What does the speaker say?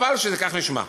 חבל שזה ככה נשמע.